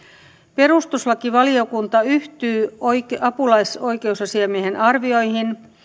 perustuslakivaliokunta yhtyy apulaisoikeusasiamiehen arvioihin